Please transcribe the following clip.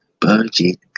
Budget